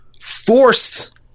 Forced